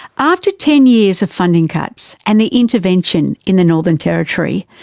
after ten years of funding cuts and the intervention in the northern territory,